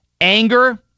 Anger